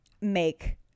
make